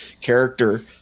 character